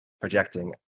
projecting